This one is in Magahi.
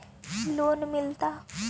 लोन मिलता?